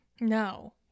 no